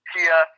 Tia